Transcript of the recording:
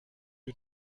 you